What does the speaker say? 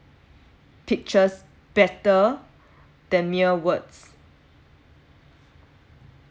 pictures better than mere words